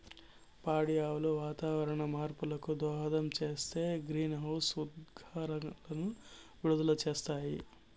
పాడి ఆవులు వాతావరణ మార్పులకు దోహదం చేసే గ్రీన్హౌస్ ఉద్గారాలను విడుదల చేస్తాయి